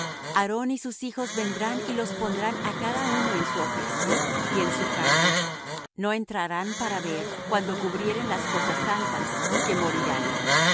aarón y sus hijos vendrán y los pondrán á cada uno en su oficio y en su cargo no entrarán para ver cuando cubrieren las cosas santas que morirán